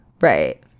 Right